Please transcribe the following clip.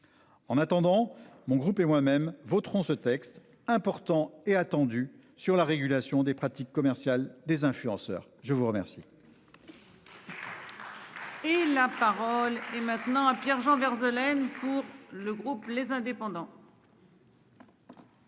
En attendant mon groupe et moi-même voterons ce texte important est attendu sur la régulation des pratiques commerciales des influenceurs. Je vous remercie.